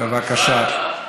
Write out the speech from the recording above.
בבקשה.